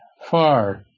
far